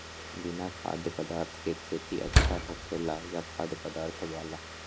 बिना खाद्य पदार्थ के खेती अच्छा होखेला या खाद्य पदार्थ वाला?